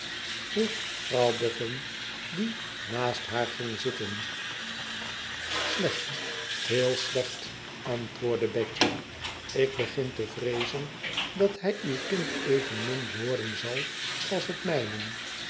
vroeg mevrouw boffin die naast haar ging zitten slecht heel slecht antwoordde betje ik begin te vreezen dat hij uw kind evenmin worden zal als het mijne